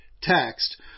text